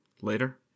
later